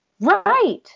Right